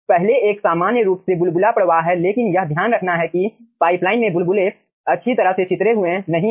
पहले एक सामान्य रूप से बुलबुला प्रवाह है लेकिन यह ध्यान रखना है कि पाइपलाइन में बुलबुले अच्छी तरह से छितरे हुए नहीं हैं